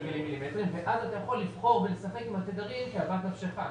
ואז אתה יכול לבחור מהתדרים כאוות נפשך.